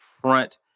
front